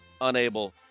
unable